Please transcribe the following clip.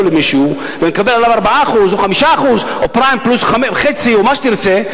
למישהו ומקבל עליו 4% או 5% או פריים פלוס 0.5% או מה שתרצה,